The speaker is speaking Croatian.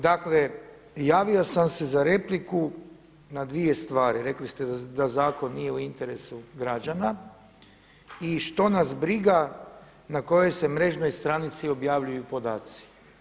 Dakle, javio sam se za repliku na dvije stvari, rekli ste da zakon nije u interesu građana i što nas briga na kojoj se mrežnoj stranici objavljuju podaci o potporama.